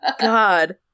God